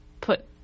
put